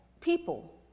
people